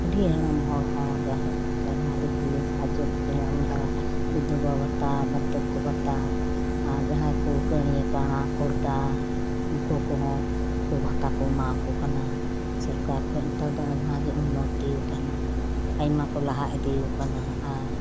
ᱵᱩᱰᱷᱦᱤ ᱦᱟᱲᱟᱢ ᱦᱚᱲ ᱦᱚᱸ ᱡᱟᱭᱦᱳᱠ ᱟᱭᱢᱟ ᱫᱤᱠ ᱫᱤᱭᱮ ᱥᱟᱦᱟᱡᱳ ᱠᱚ ᱠᱚ ᱧᱟᱢ ᱮᱫᱟ ᱵᱤᱫᱷᱵᱟ ᱵᱷᱟᱛᱟ ᱵᱟᱨᱫᱷᱠᱚ ᱵᱷᱟᱛᱟ ᱟᱨ ᱡᱟᱦᱟᱸᱭ ᱠᱚ ᱠᱟᱺᱲᱤ ᱠᱟᱺᱲᱟ ᱠᱷᱚᱲᱫᱟ ᱱᱩᱠᱩ ᱠᱚᱦᱚᱸ ᱵᱷᱟᱛᱟ ᱠᱚ ᱮᱢᱟ ᱟᱠᱚ ᱠᱟᱱᱟ ᱥᱚᱨᱠᱟᱨ ᱠᱷᱚᱱ ᱱᱮᱛᱟᱨ ᱫᱚ ᱟᱭᱢᱟ ᱜᱮ ᱩᱱᱱᱚᱛᱤ ᱟᱠᱟᱱᱟ ᱟᱭᱢᱟ ᱠᱚ ᱞᱟᱦᱟ ᱤᱫᱤ ᱟᱠᱟᱱᱟ ᱟᱨ